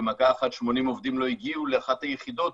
במכה אחת 80 עובדים לא הגיעו לאחת היחידות,